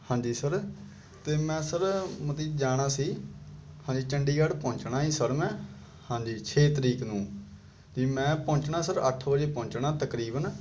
ਹਾਂਜੀ ਸਰ ਅਤੇ ਮੈਂ ਸਰ ਮਤਲਬ ਕਿ ਜਾਣਾ ਸੀ ਹਾਂਜੀ ਚੰਡੀਗੜ੍ਹ ਪਹੁੰਚਣਾ ਸੀ ਸਰ ਮੈਂ ਹਾਂਜੀ ਛੇ ਤਰੀਕ ਨੂੰ ਅਤੇ ਮੈਂ ਪਹੁੰਚਣਾ ਸਰ ਅੱਠ ਵਜੇ ਪਹੁੰਚਣਾ ਤਕਰੀਬਨ